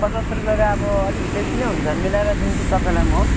पचास रुपियाँ त अब अलिक बेसी नै हुन्छ मिलाएर दिन्छु तपाईँलाई म